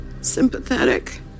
sympathetic